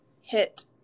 Hit